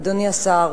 אדוני השר,